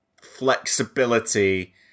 flexibility